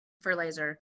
fertilizer